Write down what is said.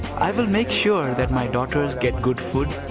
i will make sure that my daughters get good food,